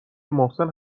محسن